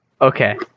Okay